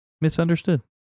misunderstood